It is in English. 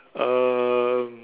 um